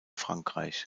frankreich